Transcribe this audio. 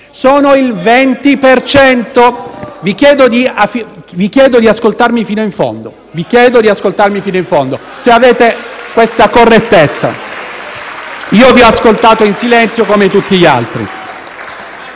Gruppo PD). Vi chiedo di ascoltarmi fino in fondo, se avete questa correttezza. Io vi ho ascoltato in silenzio come tutti gli altri.